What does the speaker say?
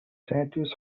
statues